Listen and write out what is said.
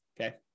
Okay